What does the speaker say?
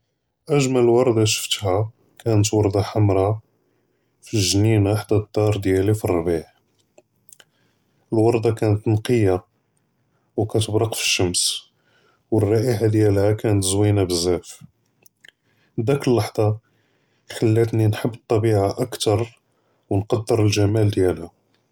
אַגְמַל וֹרְדָה שְׁפְּתְהָ כָּאנְת וֹרְדָה חַמְרָה פִּגְ'נִינַה חֲדַא דַּאר דִּיַאלִי פִּרְבִּיע, אֶלְוַרְדָה כָּאנְת נְקִיָּה וְכַּאתְבַּרְק פִּשְׁמַס וְרֵיחַה דִּיַאלְהָ כָּאנְת זְוִינָה בְּזַאף, דָּאק לַחْظָה חְלַתְנִי נְחַב אֶטְטְבִיעָה אַכְתַר וְנְקַדֶּר אֶלְגַ'מَال דִּיַאלְהָ.